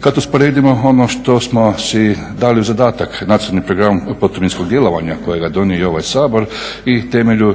kad usporedimo ono što smo si dali zadatak nacionalni program protuminskog djelovanja kojega je donio i ovaj Sabor i temeljem